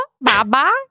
Baba